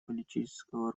политического